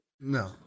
No